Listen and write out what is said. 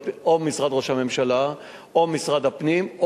או משרד ראש הממשלה או משרד הפנים,